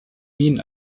minen